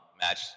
match